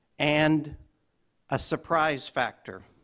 and a surprise factor.